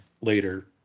later